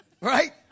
Right